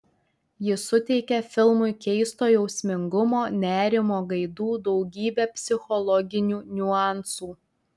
ji suteikia filmui keisto jausmingumo nerimo gaidų daugybę psichologinių niuansų